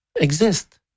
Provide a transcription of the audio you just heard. Exist